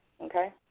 okay